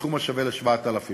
בסכום השווה ל-7,000 ש"ח.